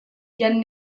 jan